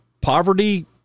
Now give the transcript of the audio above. Poverty